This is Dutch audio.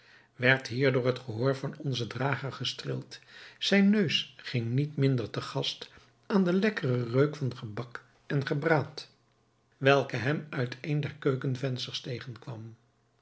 werd hierdoor het gehoor van onzen drager gestreeld zijn neus ging niet minder te gast aan den lekkeren reuk van gebak en gebraad welke hem uit een der keukenvensters tegenkwam